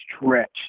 stretched